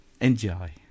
Enjoy